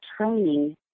training